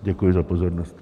Děkuji za pozornost.